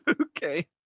Okay